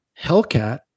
Hellcat